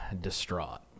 distraught